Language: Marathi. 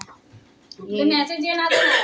डेबिट कार्डचे बिल किती येऊ शकते?